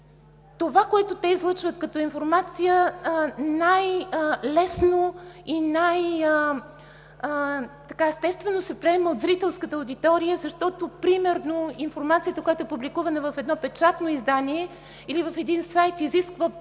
това, което те излъчват като информация, най-лесно и най-естествено се приема от зрителската аудитория, защото примерно информацията, която е публикувана в едно печатно издание или в един сайт, изисква по-голямо